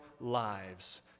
lives